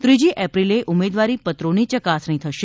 ત્રીજી એપ્રિલે ઉમેદવારી પત્રોની ચકાસણી થશે